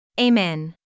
Amen